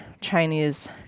Chinese